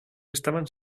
estaban